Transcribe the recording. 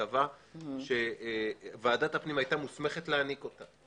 הטבה שוועדת הפנים היתה מוסמכת להעניק אותה.